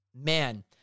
man